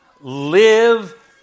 live